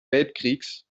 weltkriegs